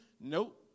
nope